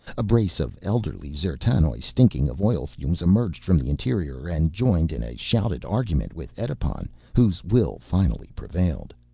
a brace of elderly d'zertanoj, stinking of oil fumes, emerged from the interior and joined in a shouted argument with edipon whose will finally prevailed.